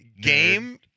Game